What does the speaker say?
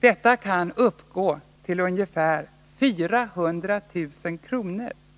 Detta kan uppgå till ungefär 400 000 kr.